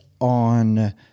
on